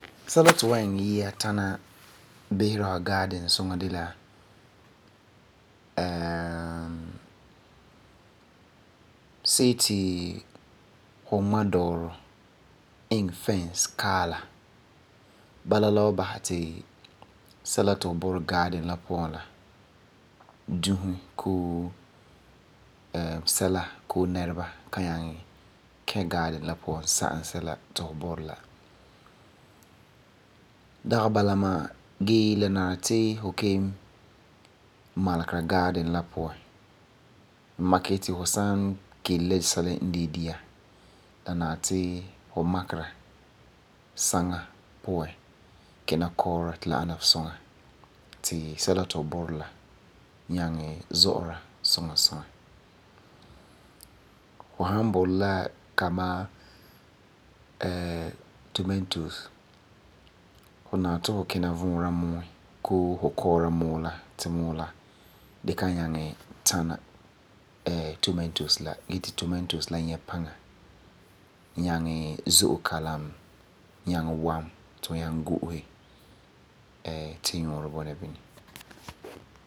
Sɛla ti fu wan iŋɛ yia tana bisera fu garden suŋa de la see ti fu ŋma dɔɔrɔ iŋɛ fence kaɛ la. Bala, la wan basɛ ti sɛla ti fu burɛ garden la puan la, dusi bii sɛla koo nɛreba kan nyaŋɛ kɛ garden la puan zagum sɛla ti fu burɛ la. Dagi bala ma'a gee ti nari ti fu kelum malegera garden la puan. N makɛ yeti fu sannkelw la sɛla n de dia, la nari ti fu makera saŋa puan kina kɔɔra ti sɛla ti fu burɛ la tana zo'ora suŋa suŋa. Fu san burɛ la kamaa tomatoes, fu nari ti fu kina vuura muuɔ koo fu kɔɔra muuɔ la ti muuɔ de kan nyaŋɛ tana tomatoes dee ti tomatoes nyɛ paŋa nyaŋɛ zo'e kalam, nyaŋɛ wam ti fu yaŋɛ go'ose ti nyuurɔ bɔna bini.